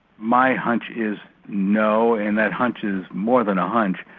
my hunch is no and that hunch is more than a hunch.